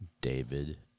David